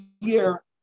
year